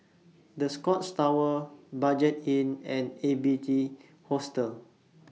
The Scotts Tower Budget Inn and A B C Hostel